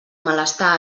malestar